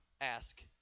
ask